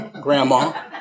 grandma